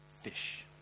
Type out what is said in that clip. fish